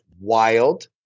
wild